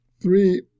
three